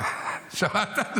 שמעת?